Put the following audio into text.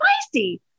spicy